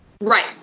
Right